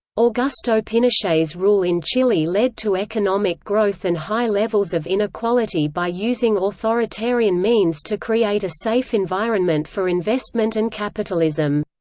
augusto pinochet's rule in chile led to economic growth and high levels of inequality by using authoritarian means to create a safe environment for investment and capitalism.